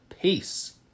peace